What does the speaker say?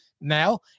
now